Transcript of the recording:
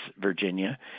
Virginia